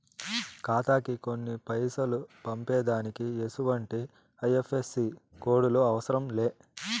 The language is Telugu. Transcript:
ఖాతాకి కొన్ని పైసలు పంపేదానికి ఎసుమంటి ఐ.ఎఫ్.ఎస్.సి కోడులు అవసరం లే